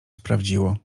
sprawdziło